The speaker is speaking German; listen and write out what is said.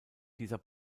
dieser